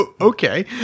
Okay